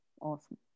awesome